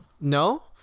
no